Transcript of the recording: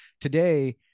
Today